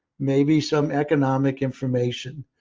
maybe some economic information.